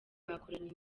bakoranye